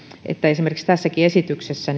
että esimerkiksi tässäkin esityksessä